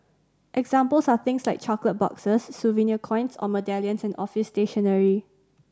examples are things like chocolate boxes souvenir coins or medallions and office stationery